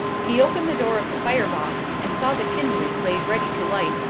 he opened the door of the fire-box and saw the kindling laid ready to light,